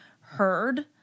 heard